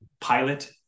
pilot